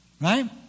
Right